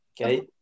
okay